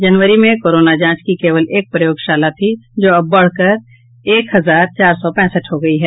जनवरी में कोरोना जांच की केवल एक प्रयोगशाला थी जो अब बढ़कर एक हजार चार सौ पैंसठ हो गई हैं